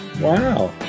Wow